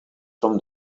from